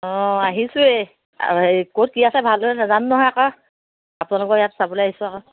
অঁ আহিছোঁ এই ক'ত আছে ভালদৰে নাজানো নহয় আকৌ আপোনালোকৰ ইয়াত চাবলৈ আহিছোঁ আকৌ